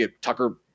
Tucker